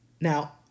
Now